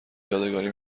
یادگاری